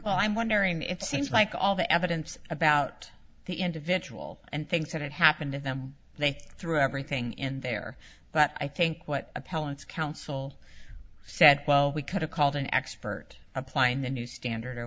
again i'm wondering it seems like all the evidence about the individual and things that happened to them they threw everything in there but i think what appellants counsel said well we kind of called an expert applying the new standard or